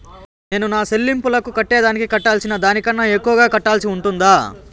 నేను నా సెల్లింపులకు కట్టేదానికి కట్టాల్సిన దానికన్నా ఎక్కువగా కట్టాల్సి ఉంటుందా?